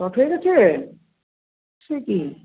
short হয়ে গেছে সে কী